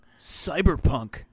cyberpunk